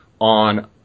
on